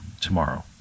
tomorrow